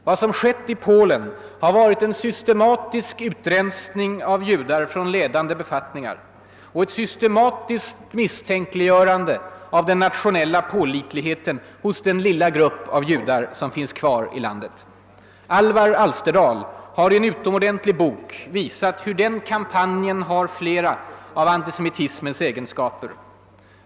Vad som skett i Polen har varit en systematisk utrensning av judar från ledande befattningar och ett systematiskt misstänkliggörande av den nationella pålitligheten hos den lilla grupp av judar som finns kvar i landet. Alvar Alsterdal har i en utomordentlig bok visat hur den kampanjen har flera av antisemitismens vanliga egenskaper.